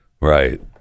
right